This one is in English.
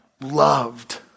loved